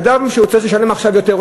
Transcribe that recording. אדם שצריך לשלם עכשיו יותר,